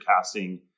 casting